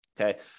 Okay